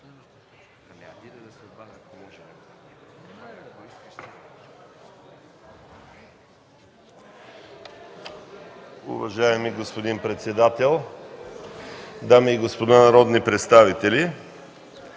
Уважаеми господин председател, дами и господа народни представители!